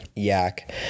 Yak